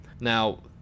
Now